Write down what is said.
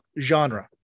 genre